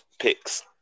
picks